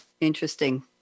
Interesting